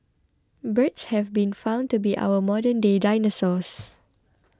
birds have been found to be our modernday dinosaurs